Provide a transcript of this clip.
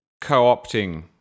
co-opting